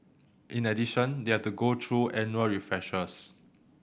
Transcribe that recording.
in addition they have to go through annual refreshers